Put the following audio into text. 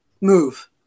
move